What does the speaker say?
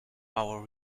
our